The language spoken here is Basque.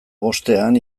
bostean